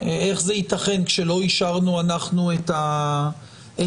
איך זה ייתכן כשלא אישרנו אנחנו את החוק?